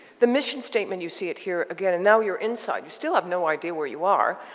the mission statement, you see it here. again, and now you're inside. you still have no idea where you are.